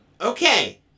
Okay